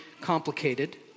complicated